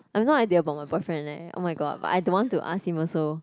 I have no idea about my boyfriend leh oh-my-god but I don't want to ask him also